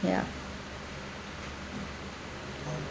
ya